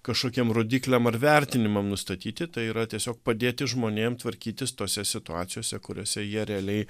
kažkokiem rodikliam ar vertinimam nustatyti tai yra tiesiog padėti žmonėm tvarkytis tose situacijose kuriose jie realiai